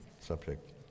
subject